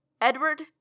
Edward